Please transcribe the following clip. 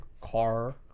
car